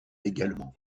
également